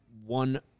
one